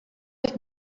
ich